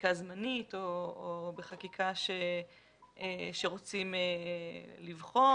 בחקיקה זמנית או בחקיקה שרוצים לבחון.